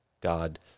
God